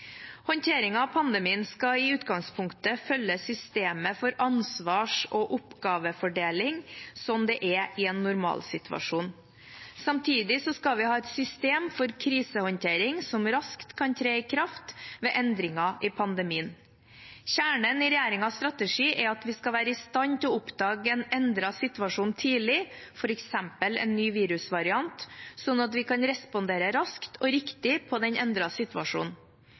av pandemien skal i utgangspunktet følge systemet for ansvars- og oppgavefordeling, slik det er i en normalsituasjon. Samtidig skal vi ha et system for krisehåndtering som raskt kan tre i kraft ved endringer i pandemien. Kjernen i regjeringens strategi er at vi skal være i stand til å oppdage en endret situasjon tidlig, f.eks. en ny virusvariant, sånn at vi kan respondere raskt og riktig på den endrede situasjonen.